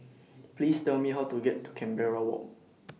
Please Tell Me How to get to Canberra Walk